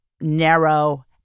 narrow